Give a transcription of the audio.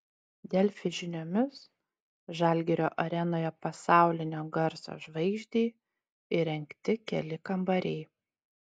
delfi žiniomis žalgirio arenoje pasaulinio garso žvaigždei įrengti keli kambariai